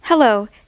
Hello